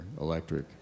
electric